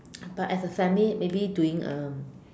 but as a family maybe doing um